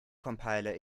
compiler